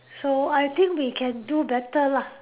so I think we can do better lah